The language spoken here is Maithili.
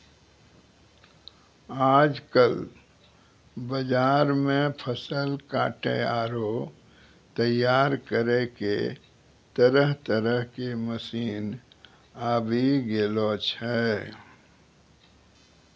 आजकल बाजार मॅ फसल काटै आरो तैयार करै के तरह तरह के मशीन आबी गेलो छै